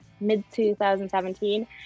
mid-2017